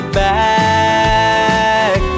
back